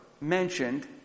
mentioned